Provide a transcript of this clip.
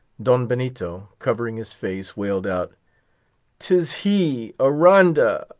don benito, covering his face, wailed out tis he, aranda!